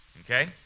Okay